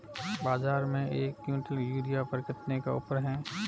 बाज़ार में एक किवंटल यूरिया पर कितने का ऑफ़र है?